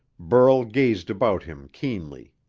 burl gazed about him keenly.